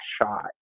shot